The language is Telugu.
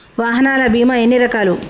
వాహనాల బీమా ఎన్ని రకాలు?